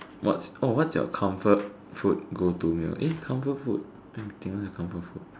what's orh your comfort food go to meal eh comfort food let me think what comfort food